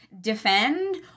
defend